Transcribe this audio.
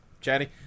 Chatty